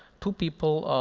two people